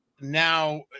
now